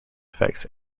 effects